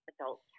adult